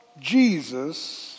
Jesus